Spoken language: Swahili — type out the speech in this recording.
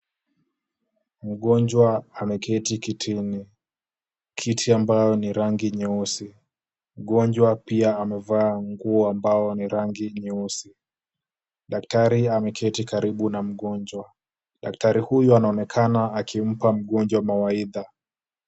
Mgonjwa ameketi kitini, kiti ambayo ni rangi nyeusi. Mgonjwa pia amevaa nguo ambao ni rangi nyeusi. Daktari ameketi karibu na mgonjwa. Daktari huyu anaonekana akimpa mgonjwa mawaidha.